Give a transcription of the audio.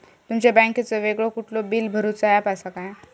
तुमच्या बँकेचो वेगळो कुठलो बिला भरूचो ऍप असा काय?